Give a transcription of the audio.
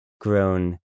grown